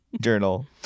journal